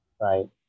Right